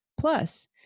Plus